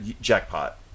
jackpot